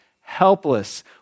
helpless